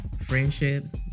Friendships